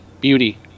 beauty